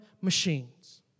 machines